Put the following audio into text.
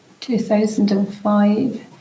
2005